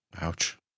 Ouch